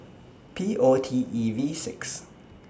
P O T E V six